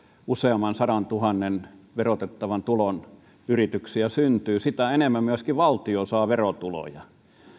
useamman sadantuhannen verotettavan tulon yrityksiä syntyy sitä enemmän valtio myöskin saa verotuloja